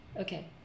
Okay